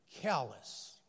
callous